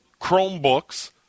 Chromebooks